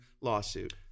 lawsuit